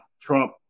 Trump